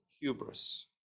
hubris